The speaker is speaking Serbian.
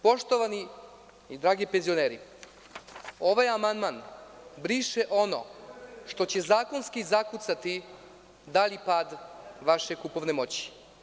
Poštovani i dragi penzioneri, ovaj amandman briše ono što će zakonski zakucati dalji pad vaše kupovne moći.